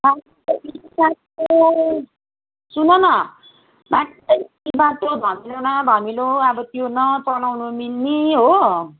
माटै माटो सुन न माटै माटो धमिलो न धमिलो अब न त्यो चलाउनु मिल्ने हो